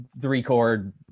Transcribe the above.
three-chord